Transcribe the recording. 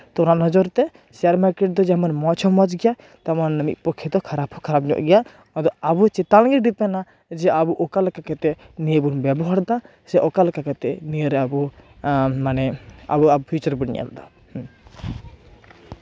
ᱛᱚ ᱚᱱᱟ ᱱᱚᱡᱚᱨ ᱛᱮ ᱥᱮᱭᱟᱨ ᱢᱟᱨᱠᱮᱴ ᱫᱚ ᱡᱮᱢᱚᱱ ᱢᱚᱡᱽ ᱦᱚᱸ ᱢᱚᱡᱽ ᱜᱮᱭᱟ ᱛᱮᱢᱚᱱ ᱢᱤᱫ ᱯᱚᱠᱠᱷᱮ ᱫᱚ ᱠᱷᱟᱨᱟᱯ ᱦᱚᱸ ᱠᱷᱟᱨᱟᱯ ᱧᱚᱜ ᱜᱮᱭᱟ ᱟᱵᱚ ᱪᱮᱛᱟᱱ ᱜᱮᱭ ᱰᱤᱯᱮᱱᱟ ᱡᱮ ᱟᱵᱚ ᱚᱠᱟᱞᱮᱠᱟ ᱠᱟᱛᱮ ᱱᱤᱭᱟᱹ ᱵᱚᱱ ᱵᱮᱵᱚᱦᱟᱨᱫᱟ ᱥᱮ ᱚᱠᱟᱞᱮᱠᱟ ᱠᱟᱛᱮ ᱱᱤᱭᱟᱹᱨᱮ ᱟᱵᱚ ᱢᱟᱱᱮ ᱟᱵᱚᱣᱟᱜ ᱯᱷᱤᱭᱩᱪᱟᱨ ᱵᱚᱱ ᱧᱮᱞᱫᱟ ᱦᱩᱸ